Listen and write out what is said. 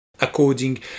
According